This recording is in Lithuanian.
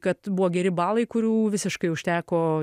kad buvo geri balai kurių visiškai užteko